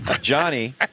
Johnny